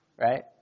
right